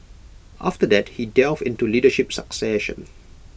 after that he delved into leadership succession